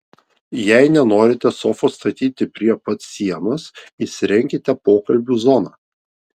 jei nenorite sofos statyti prie pat sienos įsirenkite pokalbių zoną